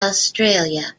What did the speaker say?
australia